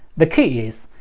the key is,